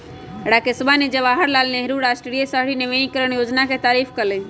राकेशवा ने जवाहर लाल नेहरू राष्ट्रीय शहरी नवीकरण योजना के तारीफ कईलय